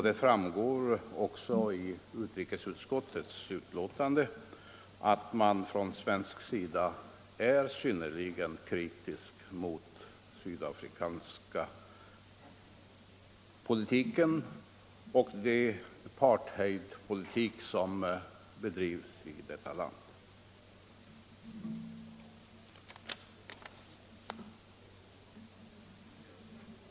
Det framgår också av utrikesutskottets betänkande att man från svensk sida är synnerligen kritisk mot den sydafrikanska regeringens apartheidpolitik.